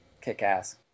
kick-ass